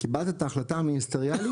קיבלת את ההחלטה המיניסטריאלית,